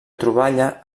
troballa